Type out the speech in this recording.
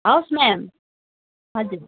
हवस् म्याम हजुर